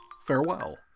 Farewell